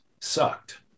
sucked